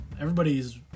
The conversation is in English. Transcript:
everybody's